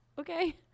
okay